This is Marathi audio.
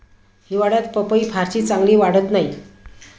हिवाळ्यात पपई फारशी चांगली वाढत नाही